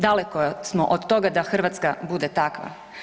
Daleko smo od toga da Hrvatska bude takva.